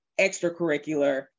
extracurricular